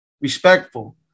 respectful